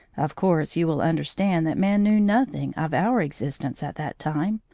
of course you will understand that man knew nothing of our existence at that time.